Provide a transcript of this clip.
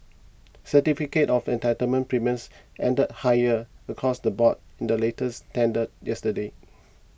certificate of entitlement premiums ended higher across the board in the latest tender yesterday